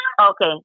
Okay